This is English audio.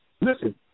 Listen